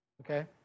okay